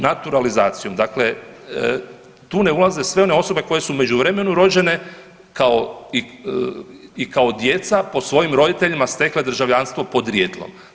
Naturalizacijom, dakle tu ne ulaze sve one osobe koje su u međuvremenu rođene, kao i, i kao djeca po svojim roditeljima stekle državljanstvo podrijetlom.